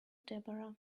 deborah